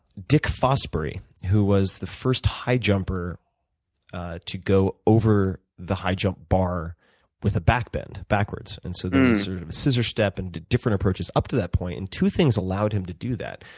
dick fosbury, who was the first high jumper to go over the high jump bar with a backbend, backwards. and so there'd been sort of a scissor step and different approaches up to that point. and two things allowed him to do that.